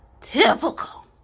Typical